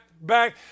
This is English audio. back